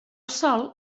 sòl